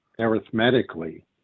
arithmetically